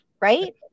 right